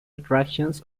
attractions